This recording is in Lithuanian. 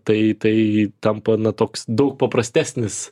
tai tai tampa toks daug paprastesnis